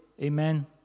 amen